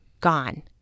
gone